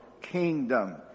kingdom